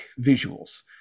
visuals